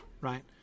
right